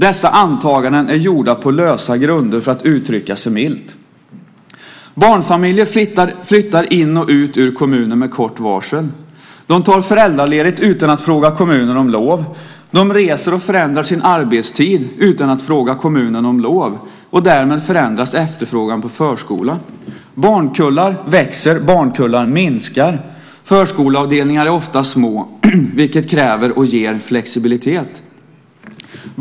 Dessa antaganden är gjorda på lösa grunder, för att uttrycka sig milt. Barnfamiljer flyttar in i och ut ur kommuner med kort varsel. De tar föräldraledigt utan att fråga kommunen om lov. De reser och förändrar sin arbetstid utan att fråga kommunen om lov. Därmed förändras efterfrågan på förskola. Barnkullar växer, barnkullar minskar. Förskoleavdelningar är ofta små, vilket kräver och ger flexibilitet.